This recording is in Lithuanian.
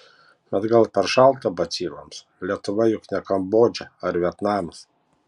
bet gal per šalta baciloms lietuva juk ne kambodža ar vietnamas